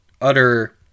utter